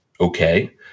okay